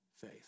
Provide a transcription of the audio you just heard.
faith